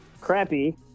crappy